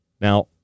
Now